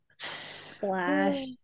Flash